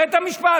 בית המשפט.